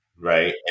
right